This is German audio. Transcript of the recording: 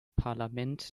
parlament